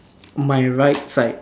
my right side